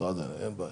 את נגד?